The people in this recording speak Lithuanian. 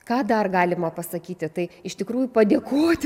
ką dar galima pasakyti tai iš tikrųjų padėkoti